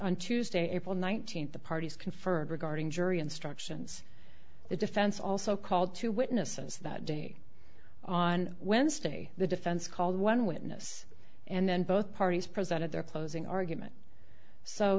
on tuesday april nineteenth the parties conferred regarding jury instructions the defense also called two witnesses that day on wednesday the defense called one witness and then both parties presented their closing argument so